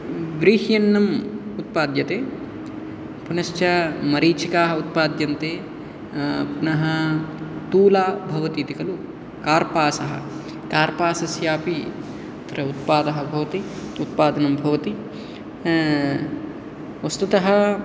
व्रीह्यन्नम् उत्पाद्यते पुनश्च मरीचिकाः उत्पाद्यन्ते पुनः तूला भवतीति खलु कार्पासः कार्पासस्यापि तत्र उत्पादः भवति उत्पादनं भवति वस्तुतः